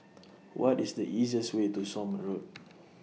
What IS The easiest Way to Somme Road